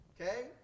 okay